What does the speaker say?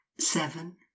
seven